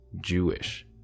Jewish